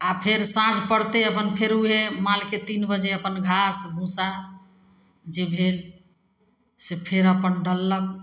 आब फेर साँझ पड़तै अपन फेर उहे मालके तीन बजे अपन घास भूसा जे भेल से फेर अपन डललक